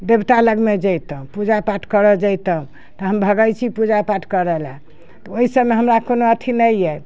देवता लगमे जैतहुँ पूजा पाठ करऽ जैतहुँ तऽ हम भागै छी पूजा पाठ करऽ लेल तऽ ओइ सभमे हमरा कोनो अथी नहि अइ